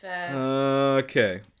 Okay